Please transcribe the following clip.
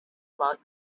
about